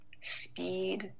speed